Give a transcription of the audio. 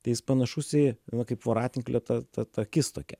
tai jis panašus į va kaip voratinklio ta ta ta akis tokia